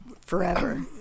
Forever